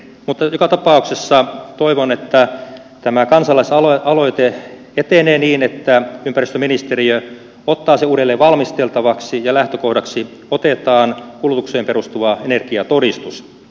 mutta joka tapauksessa toivon että tämä kansalaisaloite etenee niin että ympäristöministeriö ottaa sen uudelleen valmisteltavaksi ja lähtökohdaksi otetaan kulutukseen perustuva energiatodistus